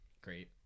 great